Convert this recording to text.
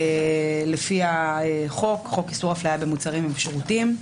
לפי חוק איסור אפליה במוצרים ושירותים.